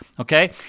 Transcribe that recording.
okay